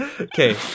Okay